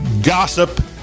gossip